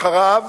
אחריו,